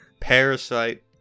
Parasite